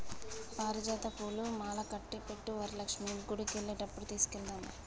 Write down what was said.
పారిజాత పూలు మాలకట్టి పెట్టు వరలక్ష్మి గుడికెళ్లేటప్పుడు తీసుకెళదాము